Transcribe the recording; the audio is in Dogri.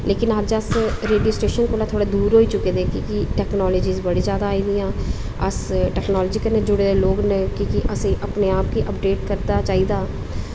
लेकिन अज्ज अस रेडियो स्टेशन कोला थोह्ड़ा दूर होई चुके दे ते टैक्नीलाजिस बड़ी जादा आई चुकी दियां अस टोक्नालज़ी कन्नै जुड़े दे लोग आं क्योंकि अपने आप गी अपडेट करना चाहिदा